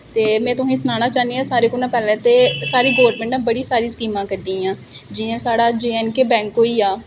ते में तुसें ई सनाना चाह्न्नीं आं कि सारें कोला पैह्लें ते साढ़ी गौरमेंट ने बड़ियां सारियां स्कीमां कड्ढी दियां जि'यां साढ़ा जे एंड के बैंक होइया